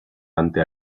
ante